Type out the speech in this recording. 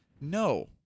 no